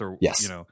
Yes